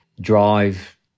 drive